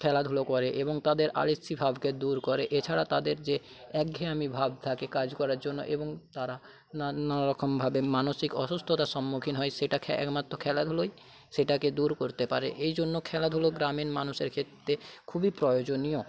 খেলাধুলো করে এবং তাদের আলিস্যিভাবকে দূর করে এছাড়া তাদের যে একঘেয়েমি ভাব থাকে কাজ করার জন্য এবং তারা নানারকমভাবে মানসিক অসুস্থতার সম্মুখীন হয় সেটাকে একমাত্র খেলাধুলোই সেটাকে দূর করতে পারে এই জন্য খেলাধুলো গ্রামীণ মানুষের ক্ষেত্রে খুবই প্রয়োজনীয়